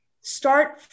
start